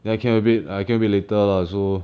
then I came a bit I came a bit later lah so